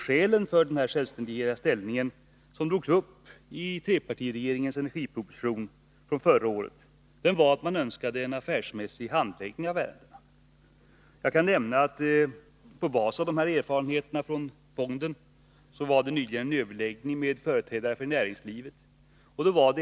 Skälen för dess självständiga ställning, som drogs upp i trepartiregeringens energiproposition förra året, var att man önskade en affärsmässig handläggning av ärendena. Jag kan nämna att det på basis av erfarenheterna från fonden nyligen hölls en överläggning med företrädare för näringslivet.